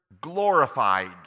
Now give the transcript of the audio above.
glorified